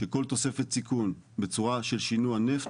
שכל תוספת סיכון, בצורה של שינוע נפט,